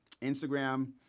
Instagram